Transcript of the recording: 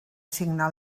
signar